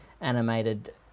animated